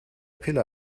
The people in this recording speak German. pille